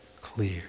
Clear